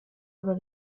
aber